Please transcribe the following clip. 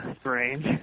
strange